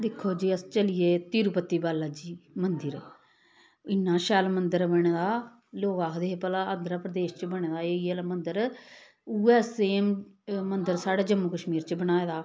दिक्खो जी अस चली गे तिरुपति बाला जी मंदर इन्ना शैल मंदर बने दा लोक आखदे हे भला आंध्र प्रदेश च बने दा इयै लेहा मंदर उ'ऐ सेम मंदर साढ़े जम्मू कश्मीर च बनाए दा